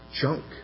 junk